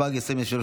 התשפ"ג 2023,